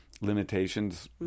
limitations